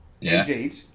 Indeed